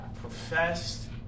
professed